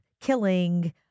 Killing